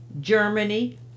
Germany